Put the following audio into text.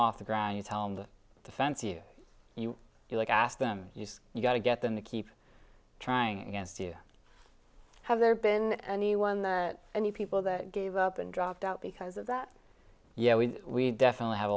off the ground you tell and defense you you like ask them you've got to get them to keep trying against you have there been anyone that any people that gave up and dropped out because of that yeah we definitely have a